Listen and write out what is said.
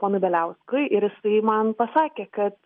ponui beliauskui ir jisai man pasakė kad